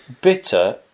Bitter